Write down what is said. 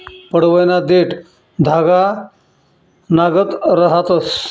पडवयना देठं धागानागत रहातंस